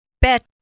bet